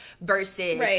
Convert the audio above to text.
versus